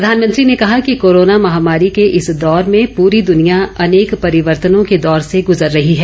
प्रधानमंत्री ने कहा कि कोरोना महामारी के इस दौर में पूरी दुनिया अनेक परिवर्तनों के दौर से गुजर रही है